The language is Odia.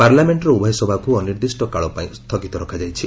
ପାର୍ଲାମେଣ୍ଟର ଉଭୟସଭାକୁ ଅନିର୍ଦ୍ଧିଷ୍ଟ କାଳ ପାଇଁ ସ୍ଥଗିତ ରଖାଯାଇଛି